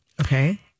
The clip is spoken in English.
Okay